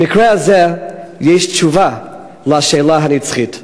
במקרה הזה יש תשובה לשאלה הנצחית,